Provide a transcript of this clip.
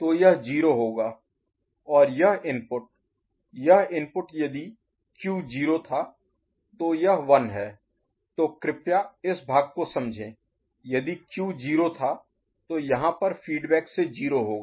तो यह 0 होगा और यह इनपुट यह इनपुट यदि Q 0 था और यह 1 है तो कृपया इस भाग को समझें यदि Q 0 था तो यहाँ पर फीडबैक से 0 होगा